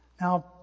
Now